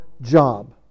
job